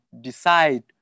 decide